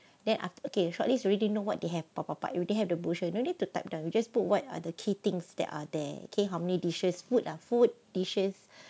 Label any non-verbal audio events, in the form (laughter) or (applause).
then af~ okay shortlist already know what they have (noise) you don't have the push ah you no need to type ah you just put what are the key things that are there okay how many dishes ah food ah food dishes